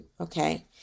Okay